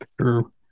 True